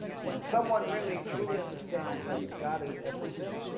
when someone really truly understands that god is everything?